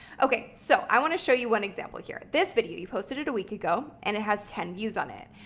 okay, so i want to show you one example here. this video, you posted it a week ago and it has ten views on it.